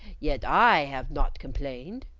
yet i have not complained.